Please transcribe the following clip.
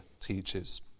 teaches